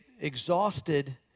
exhausted